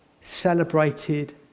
celebrated